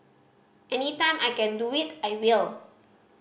any time I can do it I will